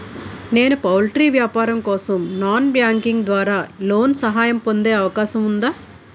నేను పౌల్ట్రీ వ్యాపారం కోసం నాన్ బ్యాంకింగ్ ద్వారా లోన్ సహాయం పొందే అవకాశం ఉందా?